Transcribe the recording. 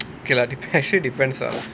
okay de~ actually depends lah